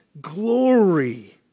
glory